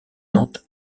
nantes